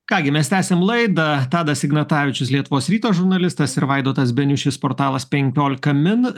ką gi mes tęsiam laidą tadas ignatavičius lietuvos ryto žurnalistas ir vaidotas beniušis portalas penkiolika min